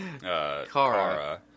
Kara